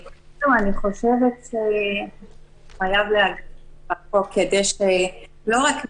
אני חושבת שחייב לעגן את זה בחוק כדי שלא רק נשים,